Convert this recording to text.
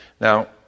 Now